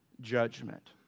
judgment